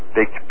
big